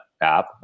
app